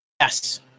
Yes